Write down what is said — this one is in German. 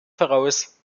voraus